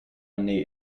nee